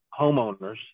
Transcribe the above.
homeowners